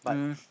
um